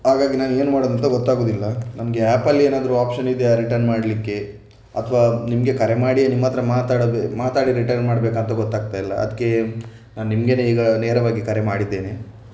ಹಾಗಾಗಿ ನಾನು ಏನು ಮಾಡೋದು ಅಂತ ಗೊತ್ತಾಗುವುದಿಲ್ಲ ನನಗೆ ಆ್ಯಪಲ್ಲಿ ಏನಾದರೂ ಆಪ್ಷನ್ ಇದೆಯಾ ರಿಟರ್ನ್ ಮಾಡಲಿಕ್ಕೆ ಅಥವಾ ನಿಮಗೆ ಕರೆ ಮಾಡಿಯೇ ನಿಮ್ಮ ಹತ್ರ ಮಾತಾಡ ಮಾತಾಡಿ ರಿಟರ್ನ್ ಮಾಡಬೇಕಾ ಅಂತ ಗೊತ್ತಾಗ್ತಾಇಲ್ಲ ಅದಕ್ಕೆ ನಾನು ನಿಮಗೇನೇ ಈಗ ನೇರವಾಗಿ ಕರೆ ಮಾಡಿದ್ದೇನೆ